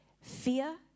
fear